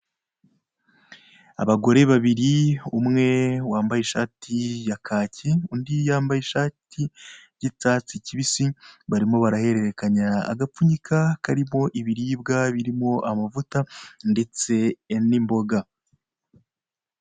Abagore babiri umwe wambaye ishati ya kaki, undi yambaye y'icyatsi kibisi, barimo barahererekanya agapfunyika karimo ibirbwa birimo amavuta ndetse n'imboga.